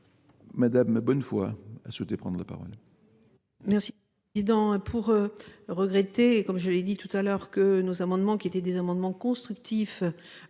Madame, bonne fois à souhaiter prendre la parole.